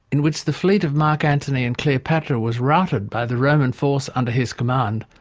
in which the fleet of mark antony and cleopatra was routed by the roman force under his command,